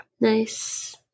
Nice